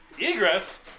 Egress